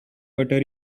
butter